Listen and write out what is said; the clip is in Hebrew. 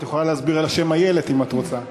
את יכולה להסביר על השם איילת, אם את רוצה.